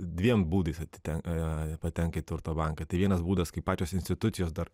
dviem būdais atitenka patenka į turto banką tai vienas būdas kai pačios institucijos dar